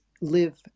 live